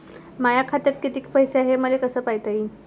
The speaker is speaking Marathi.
माया खात्यात कितीक पैसे हाय, हे मले कस पायता येईन?